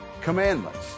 commandments